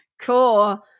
Cool